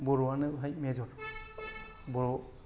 बर'वानो बेहाय मेजर